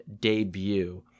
debut